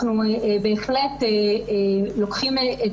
אנחנו בהחלט לוקחים את